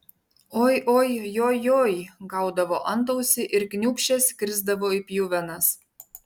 oi oi joj joj gaudavo antausį ir kniūpsčias krisdavo į pjuvenas